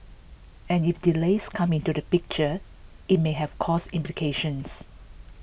and if delays come into the picture it may have cost implications